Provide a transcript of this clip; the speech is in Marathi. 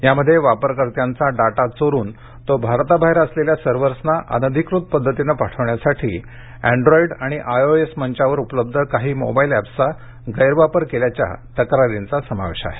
यामध्ये वापरकर्त्यांचा डाटा चोरून तो भारताबाहेर असलेल्या सर्वर्सना अनधिकृत पद्धतीने पाठवण्यासाठी अँड्रॉईड आणि आयओएस मंचांवर उपलब्ध काही मोबाईल ऍप्सचा गैरवापर केल्याच्या तक्रारींचा समावेश आहे